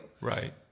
right